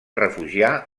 refugiar